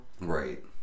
Right